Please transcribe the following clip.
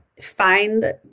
find